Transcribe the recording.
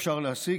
אפשר להשיג,